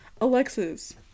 Alexis